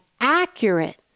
accurate